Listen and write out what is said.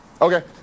Okay